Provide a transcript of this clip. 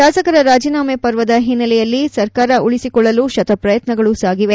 ಶಾಸಕರ ರಾಜೀನಾಮೆ ಪರ್ವದ ಹಿನ್ನೆಲೆಯಲ್ಲಿ ಸರ್ಕಾರ ಉಳಿಸಿಕೊಳ್ಳಲು ಶತ ಪ್ರಯತ್ನಗಳು ಸಾಗಿವೆ